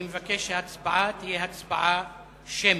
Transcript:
אני מבקש שההצבעה תהיה הצבעה אישית.